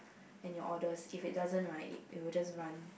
and your orders if it doesn't right it will just run